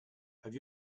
have